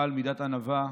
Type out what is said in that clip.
בעל מידת ענווה,